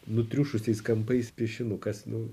nutriušusiais kampais piešinukas nu